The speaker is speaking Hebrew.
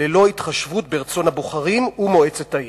ללא התחשבות ברצון הבוחרים ומועצת העיר.